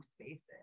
spaces